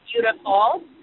beautiful